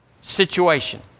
situation